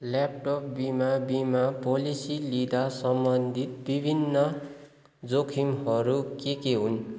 laptop बिमा बिमा policy लिँदा सम्बन्धित विभिन्न जोखिमहरू के के हुन्